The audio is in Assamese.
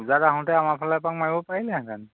পূজাত আহোঁতে আমাৰ ফালে এপাক মাৰিব পাৰিলেহেঁতেন